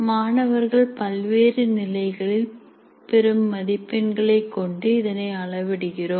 மாணவர்கள் பல்வேறு நிலைகளில் பெரும்மதிப்பெண்களை கொண்டு இதனை அளவிடுகிறோம்